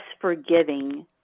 forgiving